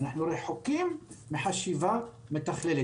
אנחנו רחוקים מחשיבה מתכללת.